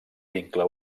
vincle